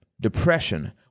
Depression